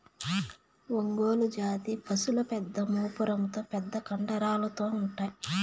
ఒంగోలు జాతి పసులు పెద్ద మూపురంతో పెద్ద కండరాలతో ఉంటాయి